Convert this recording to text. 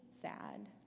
sad